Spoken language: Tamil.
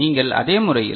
நீங்கள் அதே முறையில்